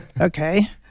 okay